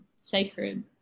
sacred